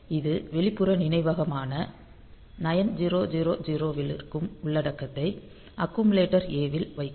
இது வெளிப்புற நினைவகமான 9000 லிருக்கும் உள்ளடக்கத்தை அக்குமுலேட்டர் A இல் வைக்கும்